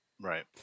Right